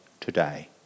today